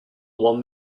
one